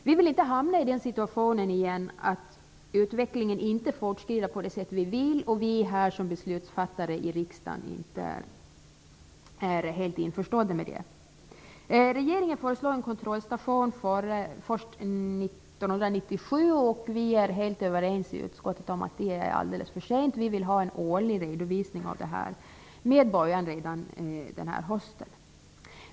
Vi vill inte på nytt hamna i den situation att utvecklingen inte fortskrider på det sätt vi vill och att vi som beslutsfattare här i riksdagen inte är helt införstådda med det. Regeringen föreslår en kontrollstation först 1997, och vi är helt överens i utskottet om att det är alldeles för sent. Vi vill ha en årlig redovisning, med början redan den här hösten.